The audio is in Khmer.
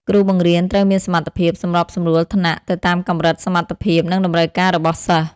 គ្រូបង្រៀនត្រូវមានសមត្ថភាព សម្របសម្រួលថ្នាក់ ទៅតាមកម្រិតសមត្ថភាព និងតម្រូវការរបស់សិស្ស។